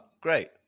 great